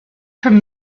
from